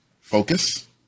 focus